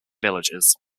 villages